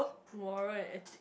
moral and ethic